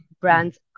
brands